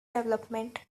development